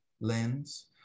lens